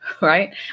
right